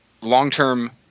long-term